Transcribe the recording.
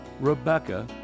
Rebecca